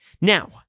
Now